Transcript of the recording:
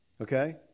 Okay